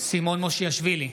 סימון מושיאשוילי,